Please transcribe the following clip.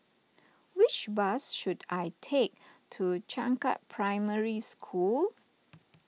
which bus should I take to Changkat Primary School